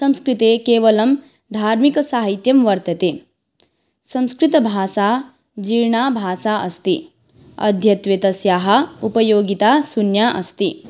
संस्कृते केवलं धार्मिकसाहित्यं वर्तते संस्कृतभाषा जीर्णा भाषा अस्ति अद्यत्वे तस्याः उपयोगिता शून्या अस्ति